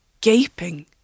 gaping